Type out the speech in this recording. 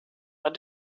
are